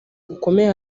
gukomeye